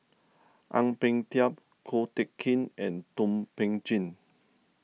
Ang Peng Tiam Ko Teck Kin and Thum Ping Tjin